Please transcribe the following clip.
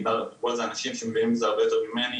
ודיברו על זה פה אנשים שמבינים בזה הרבה יותר ממני,